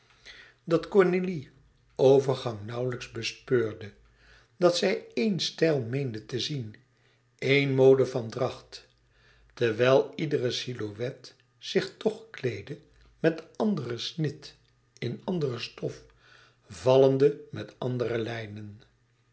dat cornélie overgang nauwlijks bespeurde dat zij éen stijl meende te zien éene mode van dracht terwijl iedere silhouet toch zich kleedde met andere snit in andere stof vallende met andere lijnen